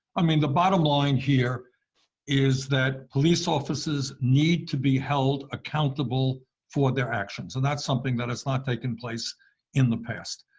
i mean, the bottom line here is that police officers need to be held accountable for their actions. and that's something that has not taken place in the past.